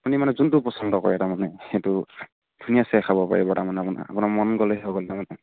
আপুনি মানে যোনটো পচন্দ কৰে তাৰমানে সেইটো ধুনীয়া চে খাব পাৰিব তাৰমানে আপোনাৰ আপোনাৰ মন গ'লে হ'ব তাৰমানে